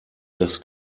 das